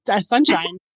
sunshine